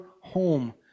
home